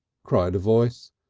cried a voice,